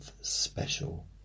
special